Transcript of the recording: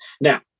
now